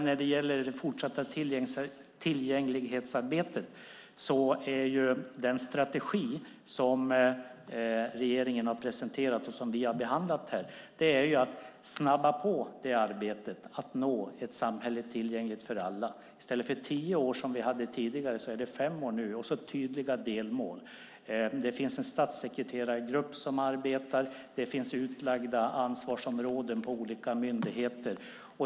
När det gäller det fortsatta tillgänglighetsarbetet handlar den strategi som regeringen har presenterat och som vi har behandlat här om att snabba på det arbetet, att nå ett samhälle tillgängligt för alla. I stället för tio år, som vi hade tidigare, är det nu fem år. Och det är tydliga delmål. Det finns en statssekreterargrupp som arbetar. Det finns ansvarsområden utlagda på olika myndigheter.